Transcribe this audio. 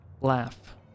laugh